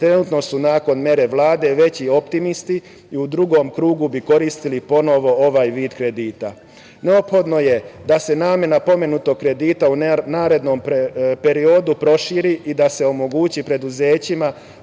trenutno su nakon mere Vlade, veći optimisti i u drugom krugu bi koristili ponovo ovaj vid kredita. Neophodno je da se namena pomenutog kredita u narednom periodu proširi i da se omogući preduzećima